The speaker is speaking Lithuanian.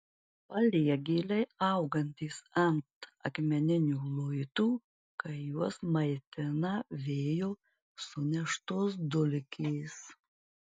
paliegėliai augantys ant akmeninių luitų kai juos maitina vėjo suneštos dulkės